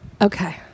Okay